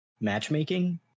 matchmaking